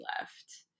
left